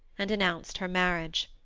and announced her marriage.